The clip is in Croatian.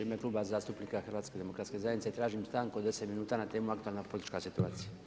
U ime Kluba zastupnika HDZ-a tražim stanku od 10 minuta na temu aktualna politička situacija.